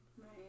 Right